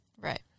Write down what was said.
Right